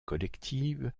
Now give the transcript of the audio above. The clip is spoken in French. collectives